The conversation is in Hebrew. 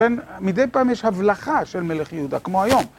כן, מדי פעם יש הבלחה של מלך יהודה, כמו היום.